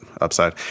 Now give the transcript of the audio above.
upside